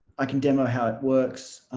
i can demo how it works